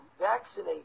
vaccinate